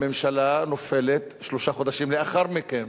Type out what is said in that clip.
הממשלה נופלת שלושה חודשים לאחר מכן.